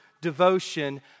devotion